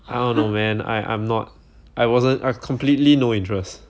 I don't know man I I'm not I wasn't I completely no interest